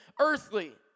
earthly